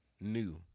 new